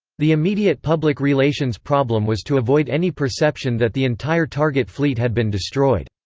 the immediate public relations problem was to avoid any perception that the entire target fleet had been destroyed.